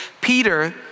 Peter